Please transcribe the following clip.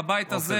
בבית הזה,